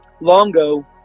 Longo